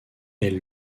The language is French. est